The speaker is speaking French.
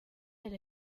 elle